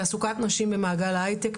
תעסוקת נשים במעגל ההיי-טק,